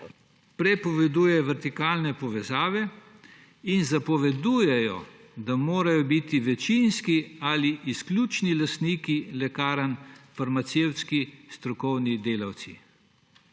prepoveduje vertikalne povezave in zapoveduje, da morajo biti večinski ali izključni lastniki lekarn farmacevtski strokovni delavci.